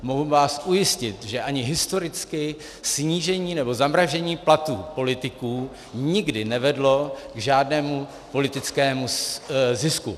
Mohu vás ujistit, že ani historicky snížení nebo zamražení platů politiků nikdy nevedlo k žádnému politickému zisku.